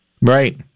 Right